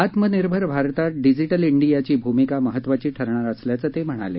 आत्मनिर्भर भारतात डिजीटल डियाची भूमिका महत्वाची ठरणार असल्याचं ते म्हणाले